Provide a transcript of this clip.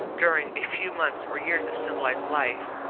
during a few months or years of civilised life,